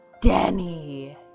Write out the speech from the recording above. Danny